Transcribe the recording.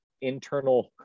internal